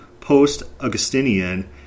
post-Augustinian